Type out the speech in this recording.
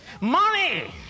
Money